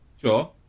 Sure